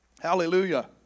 Hallelujah